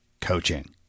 coaching